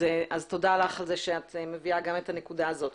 אז תודה לך על זה שאת מביאה גם את הנקודה הזאת.